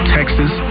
Texas